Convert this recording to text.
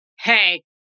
hey